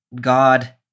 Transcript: God